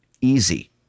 easy